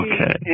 okay